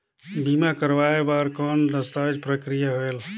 बीमा करवाय बार कौन दस्तावेज प्रक्रिया होएल?